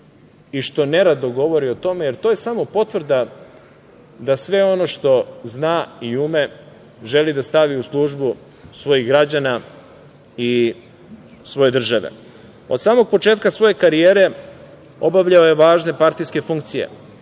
i što nerado govori o tome, jer to je samo potvrda da sve ono što zna i ume želi da stavi u službu svojih građana i svoje države. Od samog početka svoje karijere obavljao je važne partijske funkcije,